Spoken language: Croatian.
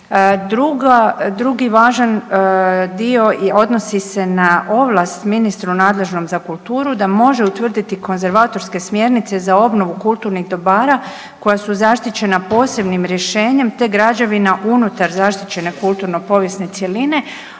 Drugi važan dio odnosi se na ovlast ministru nadležnom za kulturu da može utvrditi konzervatorske smjernice za obnovu kulturnih dobara koja su zaštićena posebnim rješenjem, te građevina unutar zaštićene kulturno povijesne cjeline.